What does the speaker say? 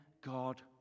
God